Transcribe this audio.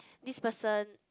this person